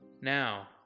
Now